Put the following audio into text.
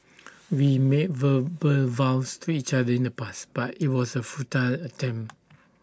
we made verbal vows to each other in the past but IT was A futile attempt